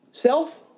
Self